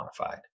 quantified